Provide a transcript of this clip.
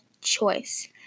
choice